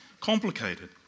complicated